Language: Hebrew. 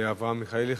חבר הכנסת אברהם מיכאלי.